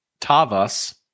Tavas